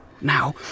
Now